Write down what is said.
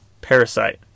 Parasite